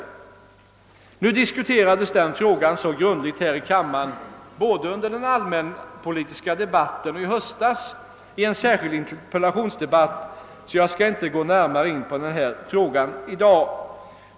Den frågan diskuterades så grundligt här i kammaren både under den allmänpolitiska debatten i höstas och i en särskild interpellationsdebatt att jag inte skall gå in på den frågan närmare här i dag.